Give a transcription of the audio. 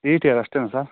ಏಯ್ಟ್ಯಾ ಅಷ್ಟೆನಾ ಸರ್